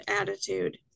attitude